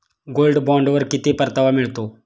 Gold बॉण्डवर किती परतावा मिळतो?